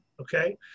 okay